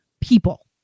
people